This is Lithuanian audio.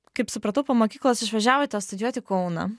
kaip supratau po mokyklos išvažiavote studijuot į kauną